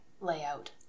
layout